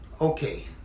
okay